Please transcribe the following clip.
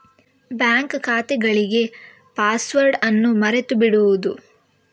bank ಖಾತೆಗಳಿಗೆ password ಅನ್ನು ಮರೆತು ಬಿಡುವುದು